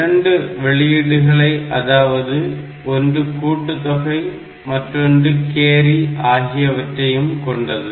இரண்டு வெளியீடுகளை அதாவது ஒன்று கூட்டுதொகை மற்றொன்று கேரி ஆகியவற்றையும் கொண்டது